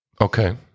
Okay